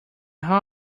how